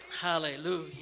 Hallelujah